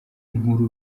nkuru